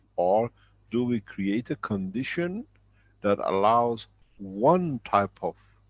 or do we create a condition that allows one type of